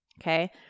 okay